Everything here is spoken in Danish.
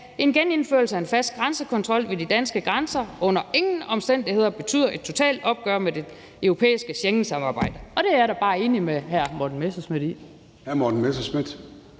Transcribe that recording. en genindførelse af en fast grænsekontrol ved de danske grænser under ingen omstændigheder betyder et totalt opgør med det europæiske Schengensamarbejde. Og det er jeg da bare enig med hr. Morten Messerschmidt i.